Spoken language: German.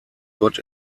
gott